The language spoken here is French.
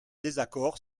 désaccord